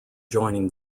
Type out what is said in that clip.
joining